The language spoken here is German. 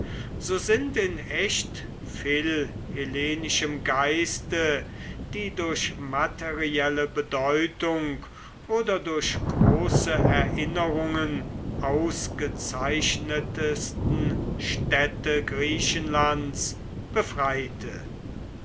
so sind in echt philhellenischem geiste die durch materielle bedeutung oder durch große erinnerungen ausgezeichnetsten städte griechenlands befreite